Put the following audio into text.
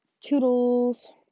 Toodles